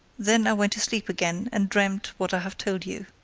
then i went to sleep again, and dreamt what i have told you.